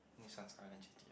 Nissan Skyline G_T_R